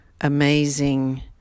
amazing